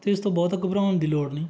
ਅਤੇ ਇਸ ਤੋਂ ਬਹੁਤਾ ਘਬਰਾਉਣ ਦੀ ਲੋੜ ਨਹੀਂ